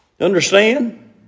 Understand